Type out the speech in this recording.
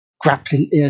grappling